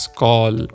call